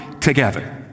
together